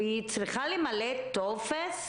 והיא צריכה למלא טופס?